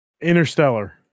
Interstellar